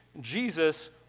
Jesus